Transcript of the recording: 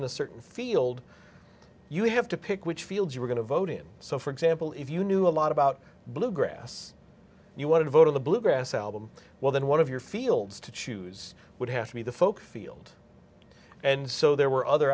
in a certain field you have to pick which field you were going to vote in so for example if you knew a lot about bluegrass you want to vote in the bluegrass album well then one of your fields to choose would have to be the folk field and so there were other